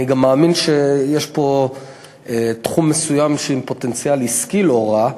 אני גם מאמין שיש פה תחום מסוים עם פוטנציאל עסקי לא רע,